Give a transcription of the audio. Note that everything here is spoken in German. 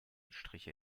strich